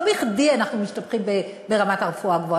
לא בכדי אנחנו משתבחים ברמת הרפואה הגבוהה,